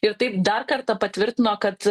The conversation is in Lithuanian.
ir taip dar kartą patvirtino kad